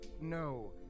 no